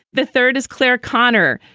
the third is claire connor.